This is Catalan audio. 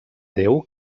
déu